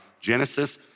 Genesis